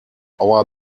our